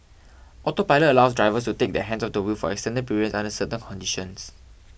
autopilot allows drivers to take their hands off the wheel for extended periods under certain conditions